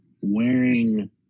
wearing